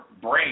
brain